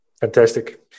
fantastic